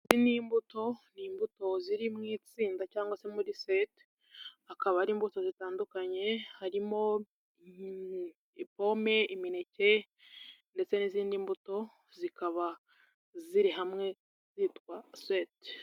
Izi ni imbuto, ni imbuto ziri mu itsinda cyangwa se muri seti, akaba ari imbuto zitandukanye harimo pome, imineke ndetse n'izindi mbuto, zikaba ziri hamwe zitwa seti.